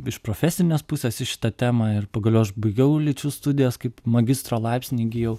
iš profesinės pusės į šitą temą ir pagaliau aš baigiau lyčių studijos kaip magistro laipsnį įgijau